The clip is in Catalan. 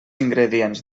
ingredients